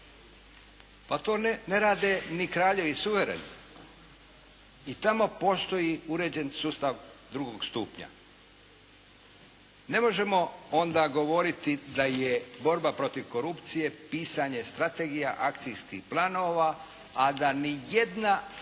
Pa to ne rade ni kraljevi suvereno, i tamo postoji uređen sustav drugog stupnja. Ne možemo onda govoriti da je borba protiv korupcije pitanje strategija, akcijskih planova, a da ni jedna afera